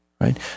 right